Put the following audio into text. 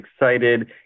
excited